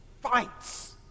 fights